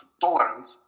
tolerance